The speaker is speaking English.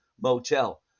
motel